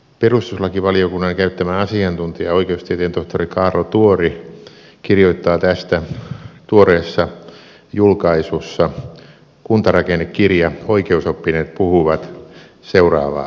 perustuslakivaliokunnan käyttämä asiantuntija oikeustieteen tohtori kaarlo tuori kirjoittaa tästä tuoreessa julkaisussa kuntarakennekirja oikeusoppineet puhuvat seuraavaa